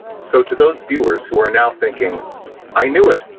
so to those viewers who are now thinking i knew it!